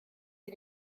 sie